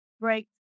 break